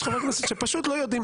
יש חברי כנסת שפשוט לא יודעים.